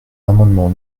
l’amendement